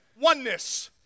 oneness